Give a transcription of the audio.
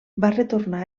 retornar